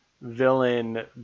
villain